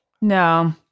No